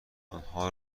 آنها